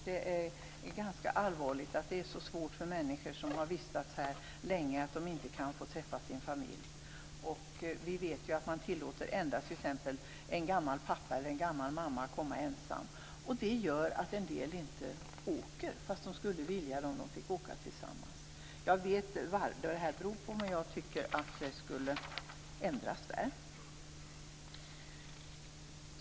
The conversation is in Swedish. Det är ganska allvarligt att det är så svårt för människor som har vistats här länge att få träffa sin familj. Vi vet att man tillåter endast t.ex. en gammal pappa eller en gammal mamma att komma ensam. Det gör att en del inte åker fast de skulle vilja om de fick åka tillsammans. Jag vet vad det här beror på, men jag tycker att det borde ändras.